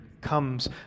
comes